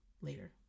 Later